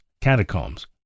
catacombs